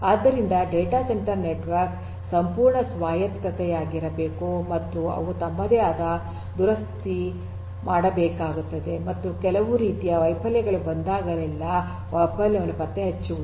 ಆದ್ದರಿಂದ data centre network ಸಂಪೂರ್ಣ ಸ್ವಾಯತ್ತರಾಗಿರಬೇಕು ಮತ್ತು ಅವು ತಮ್ಮದೇ ಆದ ದುರಸ್ತಿ ಮಾಡಬೇಕಾಗುತ್ತದೆ ಮತ್ತು ಕೆಲವು ರೀತಿಯ ವೈಫಲ್ಯಗಳು ಬಂದಾಗಲೆಲ್ಲಾ ವೈಫಲ್ಯವನ್ನು ಪತ್ತೆಹಚ್ಚುವುದು